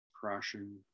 crashing